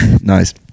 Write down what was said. nice